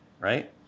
Right